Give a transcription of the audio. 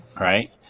right